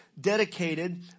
dedicated